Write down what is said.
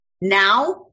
now